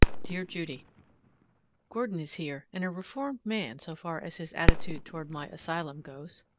dear judy gordon is here, and a reformed man so far as his attitude toward my asylum goes.